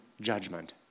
judgment